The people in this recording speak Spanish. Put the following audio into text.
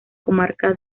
comarca